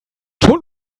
schon